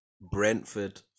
Brentford